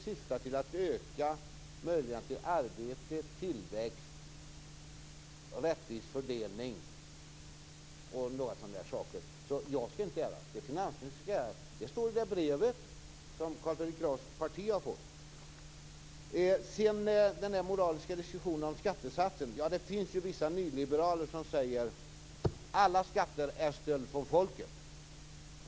Syftet är att öka möjligheterna till arbete, tillväxt och rättvis fördelning. Jag skall alltså inte äras, utan det är finansministern som skall äras. När det sedan gäller den moraliska diskussionen om skattesatsen finns det vissa nyliberaler som säger att alla skatter är stöld från folket.